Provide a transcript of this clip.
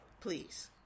please